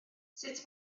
sut